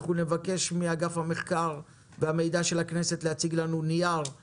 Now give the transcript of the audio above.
אנחנו נבקש מאגף המחקר והמידע של הכנסת להציג לנו מחקר בדבר הזה.